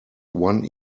one